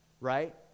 right